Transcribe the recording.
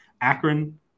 Akron